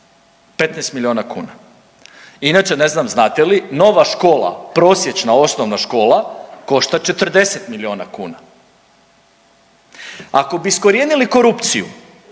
15 milijuna kuna. Inače ne znam znate li nova škola prosječna osnovna škola košta 40 milijuna kuna. Ako bi iskorijenili korupciju